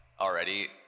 already